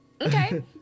Okay